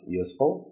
useful